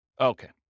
Okay